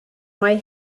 mae